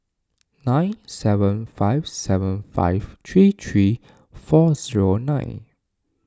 nine seven five seven five three three four zero nine